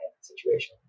situation